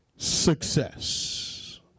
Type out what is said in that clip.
Success